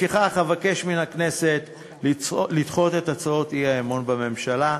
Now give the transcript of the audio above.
לפיכך אבקש מן הכנסת לדחות את הצעות האי-אמון בממשלה.